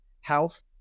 health